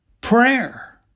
prayer